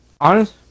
Honest